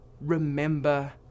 remember